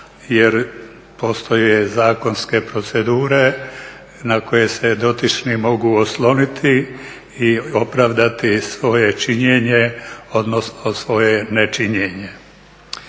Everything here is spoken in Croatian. jer postoje zakonske procedure na koje se dotični mogu osloniti i opravdati svoje činjenje, odnosno svoje nečinjenje.